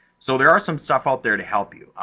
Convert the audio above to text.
so, there are some stuff out there to help you.